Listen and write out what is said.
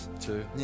two